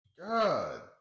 God